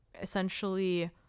essentially